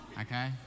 Okay